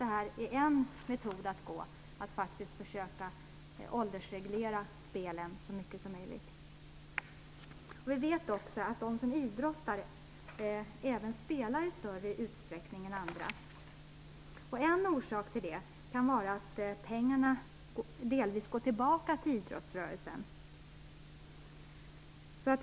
Det är en metod - att faktiskt försöka åldersreglera spelen så mycket det går. Vi vet att de som idrottar även spelar i större utsträckning än andra. En orsak kan vara att pengarna delvis går tillbaka till idrottsrörelsen.